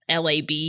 LAB